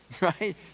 right